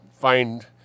find